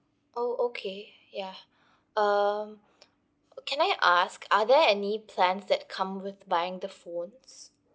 oh okay ya um can I ask are there any plans that come with buying the phones